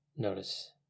Notice